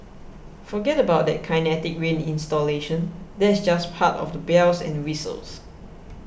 forget about that Kinetic Rain installation that's just part of the bells and whistles